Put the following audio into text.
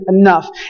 enough